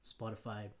Spotify